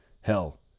Hell